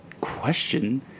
question